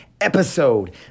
episode